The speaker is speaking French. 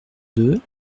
deux